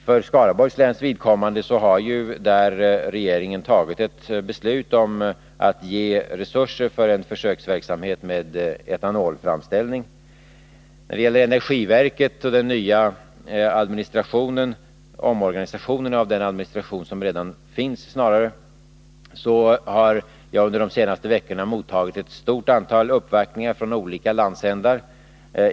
För Skaraborgs läns vidkommande har regeringen tagit ett beslut om att ge resurser till en försöksverksamhet med etanolframställning. När det gäller energiverket och omorganisationen av den administration som redan finns, så har jag under de senaste veckorna haft ett stort antal uppvaktningar från olika landsändar.